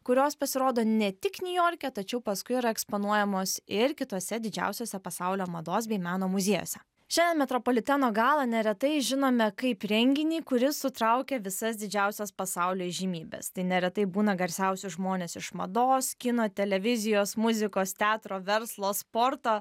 kurios pasirodo ne tik niujorke tačiau paskui yra eksponuojamos ir kituose didžiausiuose pasaulio mados bei meno muziejuose šiandien metropoliteno galą neretai žinome kaip renginį kuris sutraukia visas didžiausias pasaulio įžymybes tai neretai būna garsiausi žmonės iš mados kino televizijos muzikos teatro verslo sporto